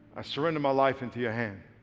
i surrender my life into your hand.